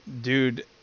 dude